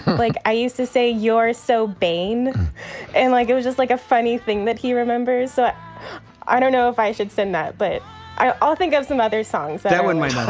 like i used to say yours. so bane and like i was just like a funny thing that he remembers so i don't know if i should send that, but i'll think of some other songs that i wouldn't mind,